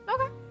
Okay